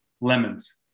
Lemons